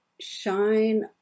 shine